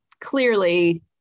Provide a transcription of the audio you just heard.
Clearly